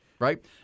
Right